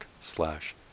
slash